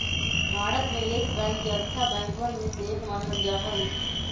भारत में Yes Bank के अच्छा बैंकवन में से एक मानल जा हई